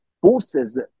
forces